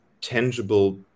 tangible